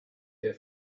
her